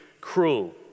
cruel